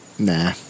Nah